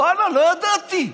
ואללה, לא ידעתי.